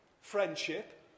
Friendship